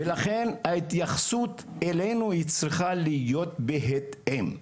לכן, ההתייחסות אלינו היא צריכה להיות בהתאם.